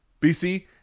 BC